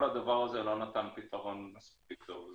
כל הדבר לא נתן פתרון מספיק טוב.